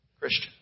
Christian